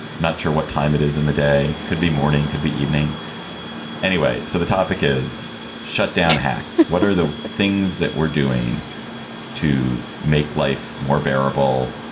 not sure what time it is in the day. could be morning, could be evening anyway. so the topic is shut down hacs. what are the things that we're doing to make life more bearable?